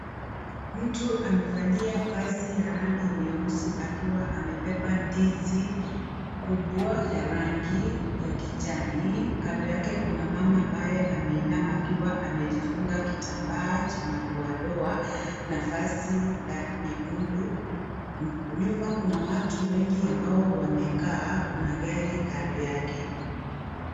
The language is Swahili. Mtu amevalia vazi ya rangi nyeusi akiwa amebeba ndizi kubwa ya rangi ya kijani. Kando yake kuna mama ambaye ameinama akiwa amejifunga kitambaa cha madoadoa na vazi la nyekundu. Nyuma kuna watu wengi ambao wamekaa. Kuna gari kando yake.